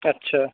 अच्छा